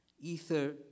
Ether